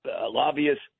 lobbyists